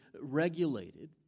regulated